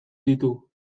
ditu